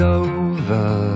over